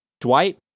Dwight